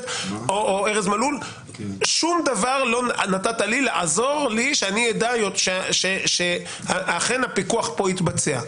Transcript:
או ארז מלול שם דבר לא נתת לי לעזור לי שאדע שאכן הפיקוח פה התבצע.